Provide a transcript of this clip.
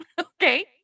okay